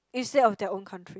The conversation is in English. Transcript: instead of their own country